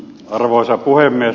arvoisa puhemies